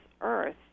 earth